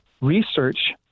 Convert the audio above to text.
research